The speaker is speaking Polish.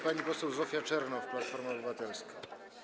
Pani poseł Zofia Czernow, Platforma Obywatelska.